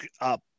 up